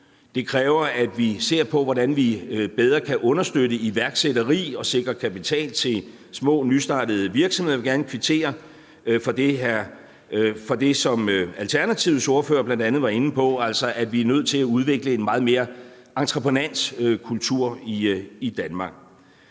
Det kræver, at vi ser på, hvordan vi bedre kan understøtte iværksætteri og sikre kapital til små nystartede virksomheder. Jeg vil gerne kvittere for det, som Alternativets ordfører bl.a. var inde på, nemlig at vi er nødt til at udvikle en meget mere entreprenant kultur i Danmark.